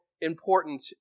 important